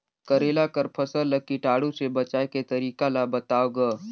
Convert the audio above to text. करेला कर फसल ल कीटाणु से बचाय के तरीका ला बताव ग?